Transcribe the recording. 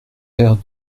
paire